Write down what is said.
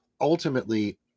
ultimately